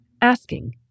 Asking